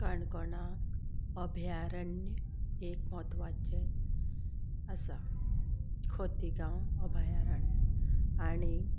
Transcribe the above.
काणकोणांत अभयारण्य एक म्हत्वाचें आसा खोतिगांव अभयारण्य आनी